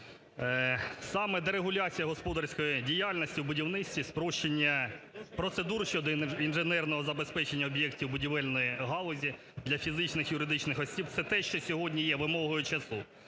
Саме дерегуляція господарської діяльності у будівництві, спрощення процедур щодо інженерного забезпечення об'єктів будівельної галузі для фізичних і юридичних осіб – це те, що сьогодні є вимогою часу.